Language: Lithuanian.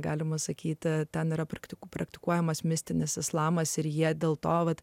galima sakyti ten yra praktikų praktikuojamas mistinis islamas ir jie dėl to kad